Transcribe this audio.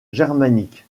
germanique